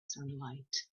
sunlight